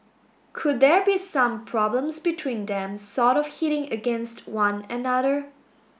could there be some problems between them sort of hitting against one another